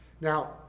Now